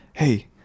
Hey